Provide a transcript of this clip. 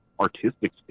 artistic